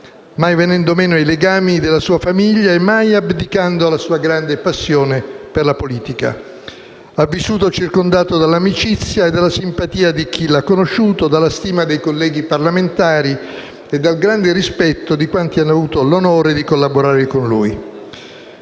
mai venendo meno ai legami della sua famiglia e mai abdicando alla sua grande passione per la politica. Ha vissuto circondato dall'amicizia e dalla simpatia di chi l'ha conosciuto, dalla stima dei colleghi parlamentari e dal grande rispetto di quanti hanno avuto l'onore di collaborare con lui.